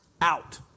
out